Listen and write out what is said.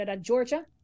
Georgia